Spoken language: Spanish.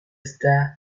está